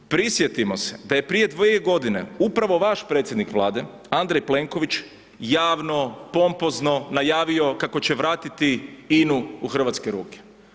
Prisjetimo se da je prije dvije godine upravo vaš predsjednik Vlade, Andrej Plenković, javno, pompozno, najavio kako će vratiti INA-u u hrvatske ruke.